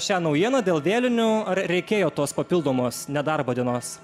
šią naujieną dėl vėlinių ar reikėjo tos papildomos nedarbo dienos